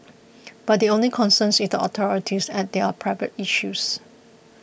but the only concern is the authorities as there are privacy issues